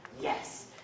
yes